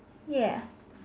ya